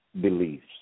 beliefs